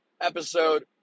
episode